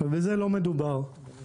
ועל זה לא מדובר ביום-יום.